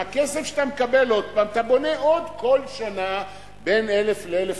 מהכסף שאתה מקבל עוד פעם אתה בונה כל שנה עוד 500 1,000 דירות.